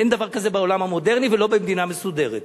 אין דבר כזה בעולם המודרני ולא במדינה מסודרת.